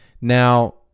Now